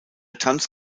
tanz